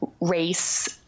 race